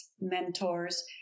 mentors